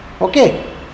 okay